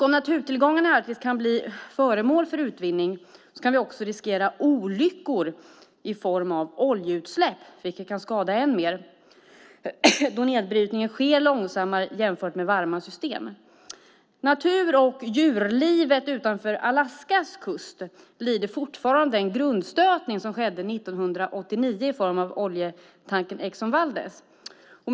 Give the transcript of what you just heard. Om naturtillgångarna i Arktis kan bli föremål för utvinning riskerar vi också olyckor i form av oljeutsläpp, vilket kan skada ännu mer eftersom nedbrytningen sker långsammare i kalla miljöer än i varma system. Natur och djurlivet utanför Alaskas kust lider fortfarande av sviterna efter grundstötningen 1989 av oljetankern Exxon Valdez.